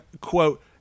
quote